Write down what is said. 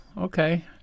okay